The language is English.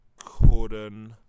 Corden